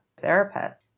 therapist